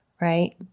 Right